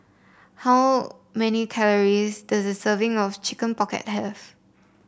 how many calories does the serving of Chicken Pocket have